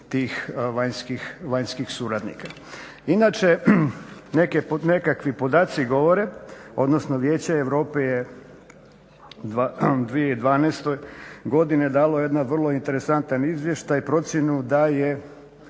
tih vanjskih suradnika. Inače nekakvi podaci govore, odnosno Vijeće Europe je 2012. godine dalo jedan vrlo interesantan izvještaj i procjenu da je